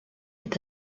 est